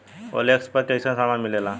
OLX पर कइसन सामान मीलेला?